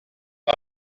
par